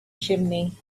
chimney